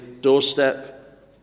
doorstep